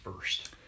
first